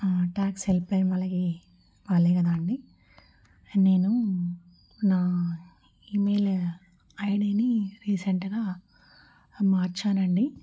పన్ను tax help line వాళ్ళకి వాళ్ళే కదా అండి నేను నా ఈమెయిల్ ఐడీని రీసెంట్గా మార్చానండి